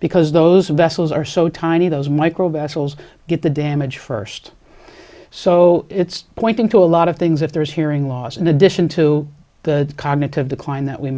because those vessels are so tiny those micro vessels get the damage first so it's pointing to a lot of things that there's hearing loss in addition to the cognitive decline that we